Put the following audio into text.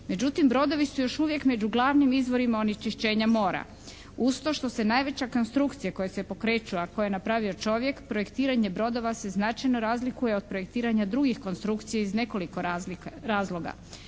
Međutim, brodovi su još uvijek među glavnim izvorima onečišćenja mora. Uz to što se najveća konstrukcije koje se pokreću, a koje je napravio čovjek, projektiranje brodova se značajno razlikuje od projektiranja drugih konstrukcija iz nekoliko razloga.